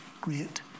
great